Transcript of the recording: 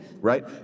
Right